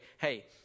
hey